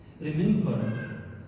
remember